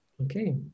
okay